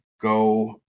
go